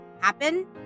happen